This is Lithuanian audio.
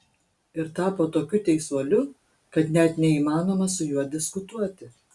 ir tapo tokiu teisuoliu kad net neįmanoma su juo diskutuoti